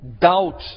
doubt